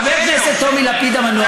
חבר הכנסת גפני,